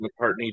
mccartney